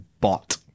Bot